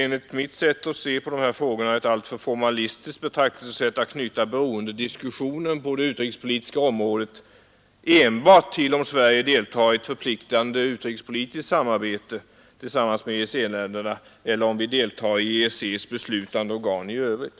Enligt mitt sätt att se på dessa frågor är det ett alltför formalistiskt betraktelsesätt att knyta beroendediskussionen på det utrikespolitiska området enbart till om Sverige deltar i ett förpliktande utrikespolitiskt samarbete tillsammans med EEC-länderna eller om vi deltar i EEC':s beslutande organ i övrigt.